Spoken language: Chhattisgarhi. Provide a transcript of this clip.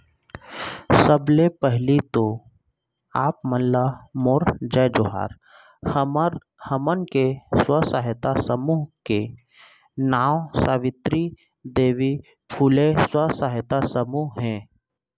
सबले पहिली तो आप ला मोर जय जोहार, हमन के स्व सहायता समूह के नांव सावित्री देवी फूले स्व सहायता समूह हे